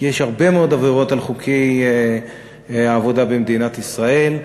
כי יש הרבה מאוד עבירות על חוקי העבודה במדינת ישראל.